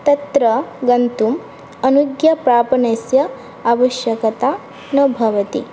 तत्र गन्तुम् अनुज्ञा प्रापनस्य आवश्यकता न भवति